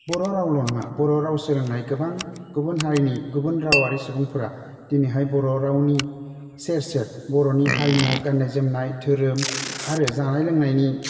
बर' रावल' नङा बर' राव सोलोंनाय गोबां गुबुन हारिनि गुबुन रावआरि सुबुंफोरा दिनैहाय बर' रावनि सेर सेर बर'नि हारिमु गान्नाय जोमनाय धोरोम आरो जानाय लोंनायनि